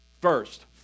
First